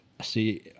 see